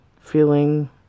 feeling